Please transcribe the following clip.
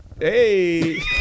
Hey